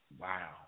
Wow